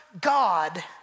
God